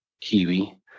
kiwi